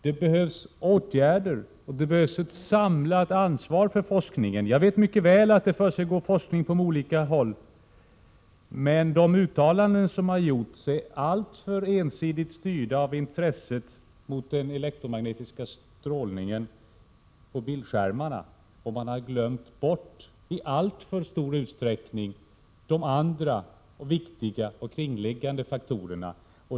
Det behövs åtgärder och ett samlat ansvar för forskningen. Jag vet mycket väl att det försiggår forskning på olika håll. Men de uttalanden som har gjorts är alltför ensidigt styrda av intresset för den elektromagnetiska strålningen från bildskärmarna, och man har i alltför stor utsträckning glömt bort de andra viktiga omkringliggande faktorerna.